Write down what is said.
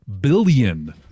billion